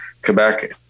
Quebec